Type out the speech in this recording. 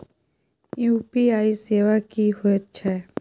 UPI सेवा की होयत छै?